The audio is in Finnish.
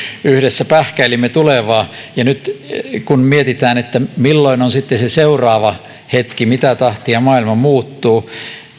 yhdessä pähkäilimme tulevaa nyt kun mietitään että milloin on sitten se seuraava hetki ja mitä tahtia maailma muuttuu